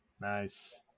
Nice